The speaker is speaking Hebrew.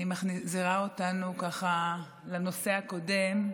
אני מחזירה אותנו לנושא הקודם.